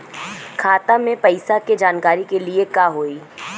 खाता मे पैसा के जानकारी के लिए का होई?